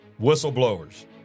whistleblowers